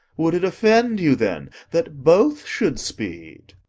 would it offend you, then, that both should speed?